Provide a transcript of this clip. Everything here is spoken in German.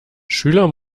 schüler